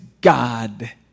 God